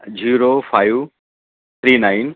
zero five three nine